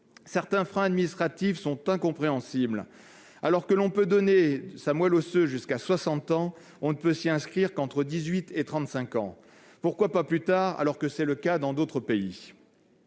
Certains freins administratifs sont incompréhensibles : alors que l'on peut donner sa moelle osseuse jusqu'à 60 ans, on ne peut s'inscrire sur ce registre qu'entre 18 et 35 ans. Pourquoi pas plus tard, alors que c'est le cas dans d'autres pays ?